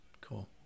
Cool